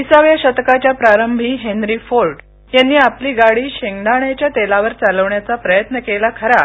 विसाव्या शतकाच्या प्रारंभी हेन्नी फोर्ड यांनी आपली गाडी शेंगदाण्याच्या तेलावर चालवण्याचा प्रयत्न केला खरा